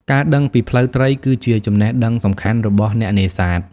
ការដឹងពីផ្លូវត្រីគឺជាចំណេះដឹងសំខាន់របស់អ្នកនេសាទ។